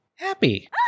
Happy